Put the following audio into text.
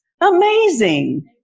amazing